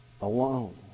alone